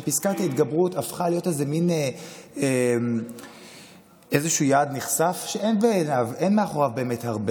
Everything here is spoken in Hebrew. שפסקת ההתגברות הפכה להיות מין יעד נכסף שאין מאחוריו הרבה.